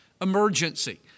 emergency